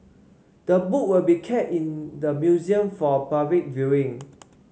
the book will be kept in the museum for public viewing